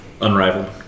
Unrivaled